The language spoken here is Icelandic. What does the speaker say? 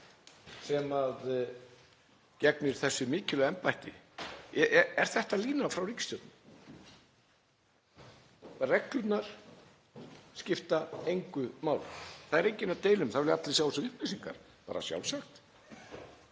sem gegnir þessu mikilvæga embætti. Er þetta línan frá ríkisstjórninni, að reglurnar skipti engu máli? Það er enginn að deila um það, það vilja allir sjá þessar upplýsingar, bara sjálfsagt.